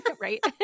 Right